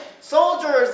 soldiers